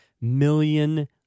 million